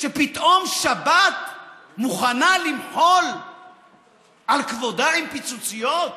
פתאום שבת מוכנה למחול על כבודה עם פיצוציות?